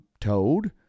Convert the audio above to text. told